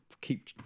keep